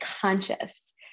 conscious